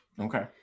Okay